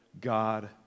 God